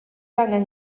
angen